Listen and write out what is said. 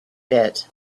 bit